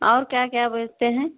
और क्या क्या बेचते हैं